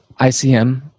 ICM